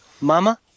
Mama